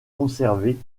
conservée